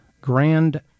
grand